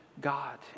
God